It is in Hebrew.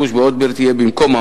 כמו משגב,